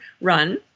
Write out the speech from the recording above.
run